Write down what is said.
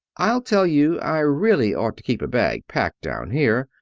i'll tell you, i really ought to keep a bag packed down here.